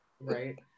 Right